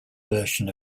version